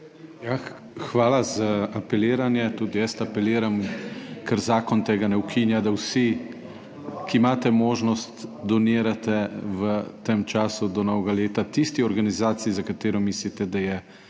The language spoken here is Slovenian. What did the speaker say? Hvala za apeliranje. Tudi jaz apeliram, ker zakon tega ne ukinja, da vsi, ki imate možnost, donirate v tem času do novega leta tisti organizaciji, za katero mislite, da je